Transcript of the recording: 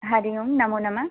हरिः ओं नमो नमः